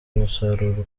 umusaruro